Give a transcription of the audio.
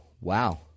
wow